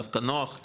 דווקא נוח,